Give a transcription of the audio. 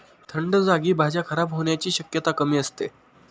थंड जागी भाज्या खराब होण्याची शक्यता कमी असते